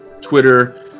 twitter